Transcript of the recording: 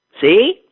See